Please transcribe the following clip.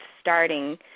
starting